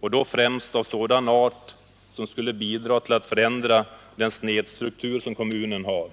då främst av sådan art att den skulle bidra till att förändra den snedstruktur som kommunen har.